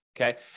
Okay